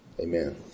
Amen